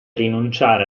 rinunciare